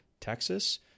Texas